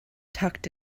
tucked